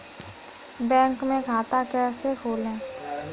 Bank में खाता कैसे खोलें?